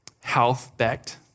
health-backed